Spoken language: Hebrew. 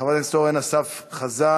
חבר הכנסת אורן אסף חזן,